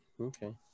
okay